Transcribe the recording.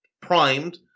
primed